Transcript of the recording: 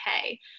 okay